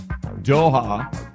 Doha